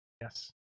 Yes